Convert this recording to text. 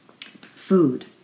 Food